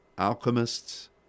alchemists